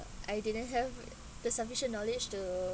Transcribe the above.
I didn't have the sufficient knowledge to